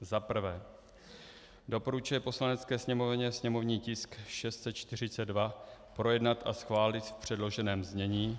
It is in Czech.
I. doporučuje Poslanecké sněmovně sněmovní tisk 642 projednat a schválit v předloženém znění,